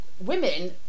women